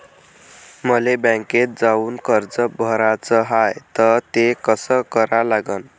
मले बँकेत जाऊन कर्ज भराच हाय त ते कस करा लागन?